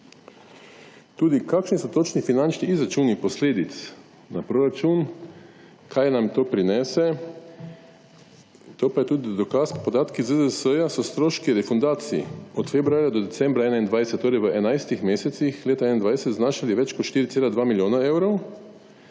Tudi kakšni so točni finančni izračuni posledic na proračun, kaj nam to prinese to pa je tudi dokaz, podatki ZZS-ja so stroški refundacij. Od februarja do decembra 21, torej v 11 mesecih leta 2021 so znašali več kot 4,2 milijona evrov.